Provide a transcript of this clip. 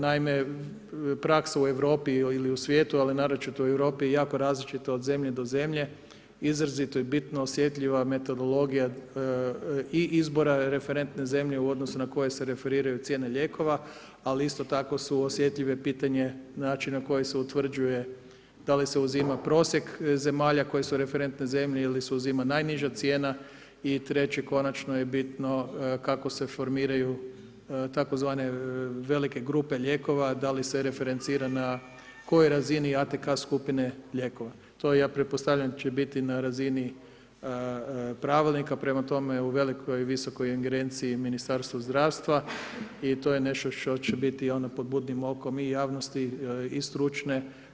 Naime, praksa u Europi ili svijetu a naročito u Europi je jako različita od zemlje do zemlje, izrazito je bitno osjetljiva metodologija i izbora referentne zemlje u odnosu na koje se referiraju cijene lijekova, ali isto tako su osjetljive pitanje način na koji se utvrđuje da li se uzima prosjek zemalja koje su referentne zemlje ili se uzima najniža cijena i treće konačno je bitno kako se formiraju tzv. velike grupe lijekova da li se referencira na kojoj razini ATK skupine lijekova, to ja pretpostavljam će biti na razini pravilnika prema tome u velikoj visokoj ingerenciji Ministarstvo zdravstva i to je nešto što će biti pod budnim okom i javnosti i stručne.